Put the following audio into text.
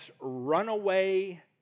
runaway